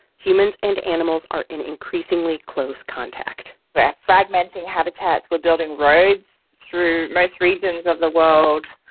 humans and animals are in increasingly close contact we're fragmenting habitats. we're building roads through most regions of the world.